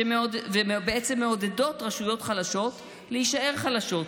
ובעצם מעודדות רשויות חלשות להישאר חלשות,